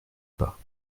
pas